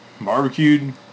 barbecued